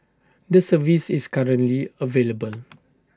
the service is currently available